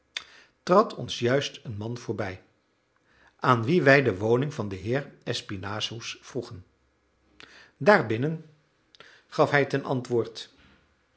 trad ons juist een man voorbij aan wien wij de woning van den heer espinassous vroegen daar binnen gaf hij ten antwoord